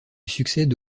succède